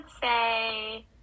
say